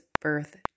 birth